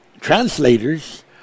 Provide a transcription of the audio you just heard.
translators